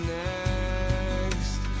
next